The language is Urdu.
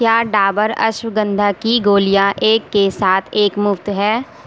کیا ڈابر اشوگندھا کی گولیاں ایک کے ساتھ ایک مفت ہے